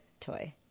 toy